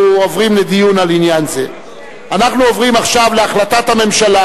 אדוני היושב-ראש, אני מבקש להודיע שטעיתי בהצבעה.